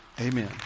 amen